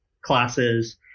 classes